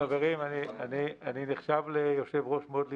חברים, אני נחשב ליושב-ראש מאוד ליברל,